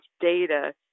data